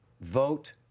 vote